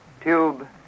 tube